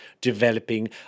developing